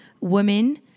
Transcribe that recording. women